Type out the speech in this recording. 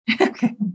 okay